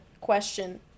question